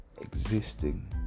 existing